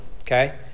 okay